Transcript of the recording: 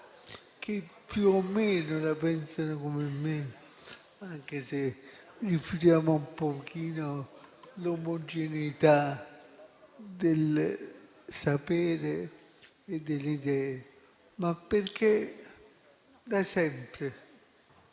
che più o meno la pensano come me, anche se rifiutiamo un pochino l'omogeneità del sapere e delle idee, ma perché da sempre